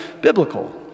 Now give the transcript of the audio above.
biblical